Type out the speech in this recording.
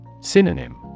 Synonym